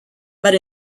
but